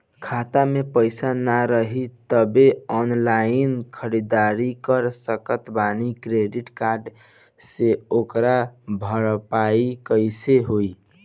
खाता में पैसा ना रही तबों ऑनलाइन ख़रीदारी कर सकत बानी क्रेडिट कार्ड से ओकर भरपाई कइसे होई?